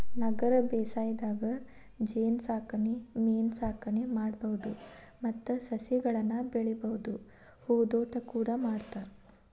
ನಗರ ಬೇಸಾಯದಾಗ ಜೇನಸಾಕಣೆ ಮೇನಸಾಕಣೆ ಮಾಡ್ಬಹುದು ಮತ್ತ ಸಸಿಗಳನ್ನ ಬೆಳಿಬಹುದು ಹೂದೋಟ ಕೂಡ ಮಾಡ್ತಾರ